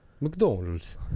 mcdonald's